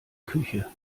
küche